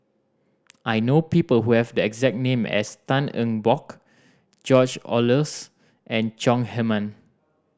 I know people who have the exact name as Tan Eng Bock George Oehlers and Chong Heman